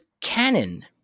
canon